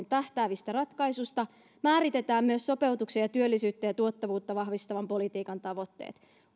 tähtäävistä ratkaisuista määritetään myös sopeutuksen ja työllisyyttä ja tuottavuutta vahvistavan politiikan tavoitteet